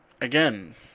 again